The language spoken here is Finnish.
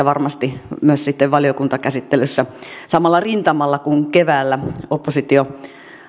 varmasti myös sitten valiokuntakäsittelyssä samalla rintamalla kuin keväällä oppositio